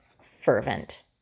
fervent